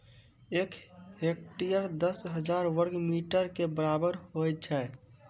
एक हेक्टेयर, दस हजार वर्ग मीटरो के बराबर होय छै